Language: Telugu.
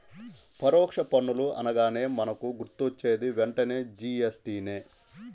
పరోక్ష పన్నులు అనగానే మనకు గుర్తొచ్చేది వెంటనే జీ.ఎస్.టి నే